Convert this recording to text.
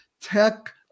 tech